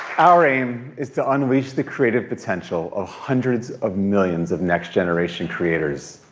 our aim is to unleash the creative potential of hundreds of millions of next generation creators.